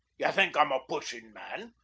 ye think i'm a pushin' man.